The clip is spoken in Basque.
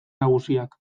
nagusiak